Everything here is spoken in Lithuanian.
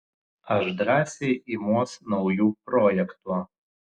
aš drąsiai imuos naujų projektų